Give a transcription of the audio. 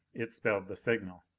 it spelled the signal.